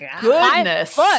Goodness